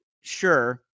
sure